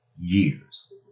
years